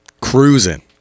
cruising